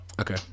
Okay